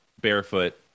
barefoot